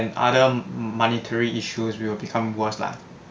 and other monetary issues we will become worse lah